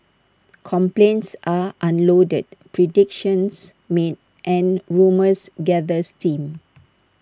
complaints are unloaded predictions made and rumours gather steam